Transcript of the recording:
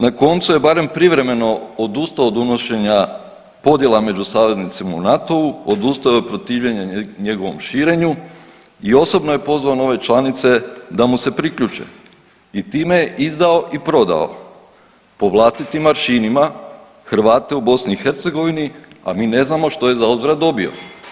Na koncu je barem privremeno odustao od unošenja podjela među saveznicima u NATO-u, odustao je od protivljenja njegovom širenju i osobno je pozvao nove članice da mu se priključe i time je izdao i prodao po vlastitim aršinima Hrvate u BiH, a mi ne znamo što je zauzvrat dobio.